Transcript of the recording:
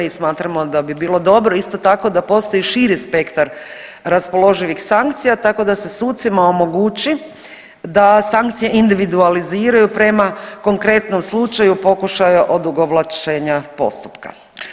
I smatramo da bi bilo dobro isto tako da postoji širi spektar raspoloživih sankcija tako da se sucima omogući da sankcije individualiziraju prema konkretnom slučaju pokušaja odugovlačenje postupka.